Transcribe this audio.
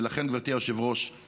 ולכן, גברתי היושבת-ראש,